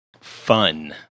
Fun